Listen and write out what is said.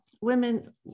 women